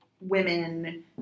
women